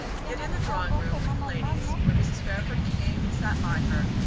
yet in the drawing-room, with the ladies, where mrs. fairford came and sat by her,